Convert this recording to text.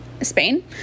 Spain